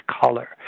color